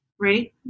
right